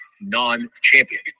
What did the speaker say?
non-champion